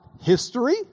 history